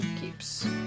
keeps